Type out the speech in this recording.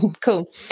cool